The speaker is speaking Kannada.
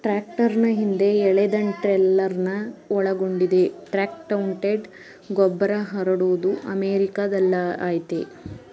ಟ್ರಾಕ್ಟರ್ನ ಹಿಂದೆ ಎಳೆದಟ್ರೇಲರ್ನ ಒಳಗೊಂಡಿದೆ ಟ್ರಕ್ಮೌಂಟೆಡ್ ಗೊಬ್ಬರಹರಡೋದು ಅಮೆರಿಕಾದಲ್ಲಯತೆ